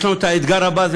ויש לנו האתגר הבא,